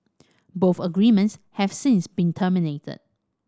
both agreements have since been terminated